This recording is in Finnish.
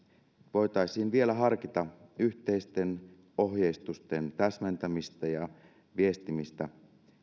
voitaisiin vielä harkita yhteisten ohjeistusten täsmentämistä ja viestimistä